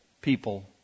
people